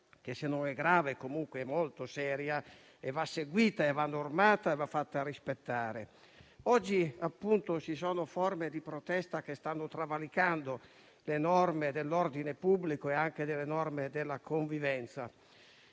se non è grave, è comunque molto seria e deve essere seguita, normata e fatta rispettare. Oggi ci sono forme di protesta che stanno travalicando le norme dell'ordine pubblico e anche quelle della convivenza.